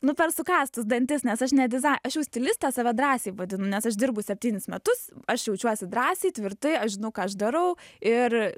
nu per sukąstus dantis nes aš ne dizai aš jau stiliste save drąsiai vadinu nes dirbu septynis metus aš jaučiuosi drąsiai tvirtai aš žinau ką aš darau ir